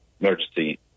emergency